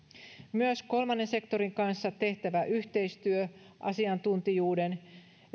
myös kolmannen sektorin kanssa tehtävä yhteistyö asiantuntijuuden